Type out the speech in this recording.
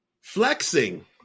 Flexing